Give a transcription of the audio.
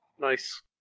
Nice